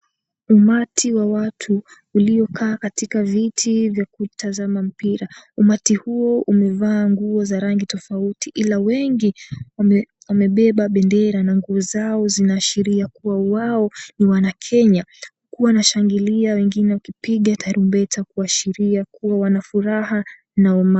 Umati wa watu uliokaa katika viti vya kutazama mpira. Umati huo umevaa nguo za rangi tofauti, ila wengi wamebeba bendera na nguo zao zinaashiria kuwa wao ni wana Kenya huwa wanashangilia wengine kwa wakipiga tarumbeta kuashiria kuwa wanafuraha na uma.